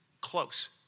close